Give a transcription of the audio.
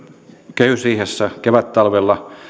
kehysriihessä kevättalvella